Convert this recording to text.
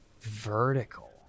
Vertical